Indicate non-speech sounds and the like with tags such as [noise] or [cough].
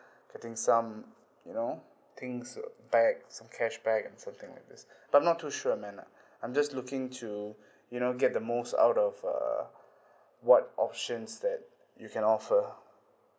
[breath] getting some you know things uh back some cashback or something like this [breath] but I'm not too sure I mean like I'm just looking to [breath] you know get the most out of uh what options that you can offer